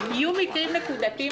יהיו מקרים נקודתיים,